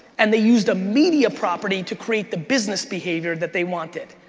and they used a media property to create the business behavior that they wanted,